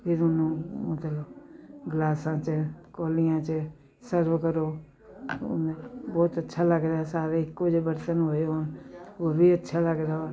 ਫਿਰ ਉਹਨੂੰ ਗਲਾਸਾਂ 'ਚ ਕੋਲੀਆਂ 'ਚ ਸਰਵ ਕਰੋ ਬਹੁਤ ਅੱਛਾ ਲੱਗ ਰਿਹਾ ਸਾਰੇ ਇੱਕੋ ਜਿਹੇ ਬਰਤਨ ਹੋਏ ਹੋਣ ਉਹ ਵੀ ਅੱਛਾ ਲੱਗਦਾ ਵਾ